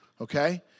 okay